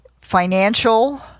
financial